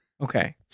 Okay